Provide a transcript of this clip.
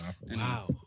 Wow